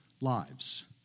lives